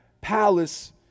palace